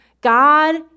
God